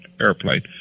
airplane